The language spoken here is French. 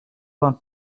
vingts